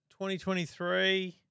2023